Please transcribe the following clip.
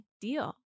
deal